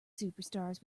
superstars